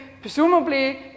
presumably